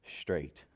straight